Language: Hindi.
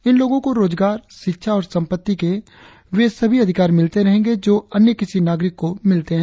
इन लोगों को रोजगार शिक्षा और संपत्ति के वे सभी अधिकार मिलते रहेंगे जो अन्य किसी नागरिक को मिलते हैं